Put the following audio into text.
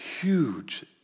huge